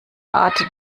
art